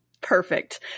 Perfect